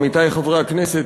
עמיתי חברי הכנסת,